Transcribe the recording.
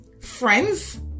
friends